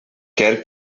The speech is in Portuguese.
quer